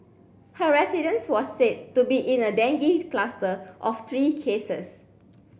her residence was said to be in a dengue cluster of three cases